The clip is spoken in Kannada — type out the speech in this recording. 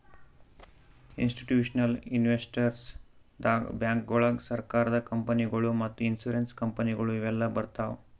ಇಸ್ಟಿಟ್ಯೂಷನಲ್ ಇನ್ವೆಸ್ಟರ್ಸ್ ದಾಗ್ ಬ್ಯಾಂಕ್ಗೋಳು, ಸರಕಾರದ ಕಂಪನಿಗೊಳು ಮತ್ತ್ ಇನ್ಸೂರೆನ್ಸ್ ಕಂಪನಿಗೊಳು ಇವೆಲ್ಲಾ ಬರ್ತವ್